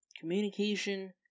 Communication